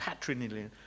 patrilineal